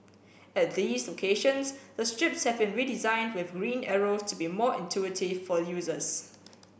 at these locations the strips have been redesigned with green arrows to be more intuitive for users